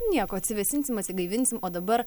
nieko atsivėsinsim atsigaivinsim o dabar